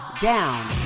Down